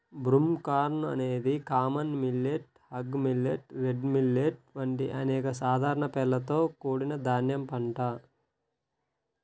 broomcorn అనేది common millet, hog millet, red millet వంటి అనేక సాధారణ పేర్లతో కూడిన ధాన్యం పంట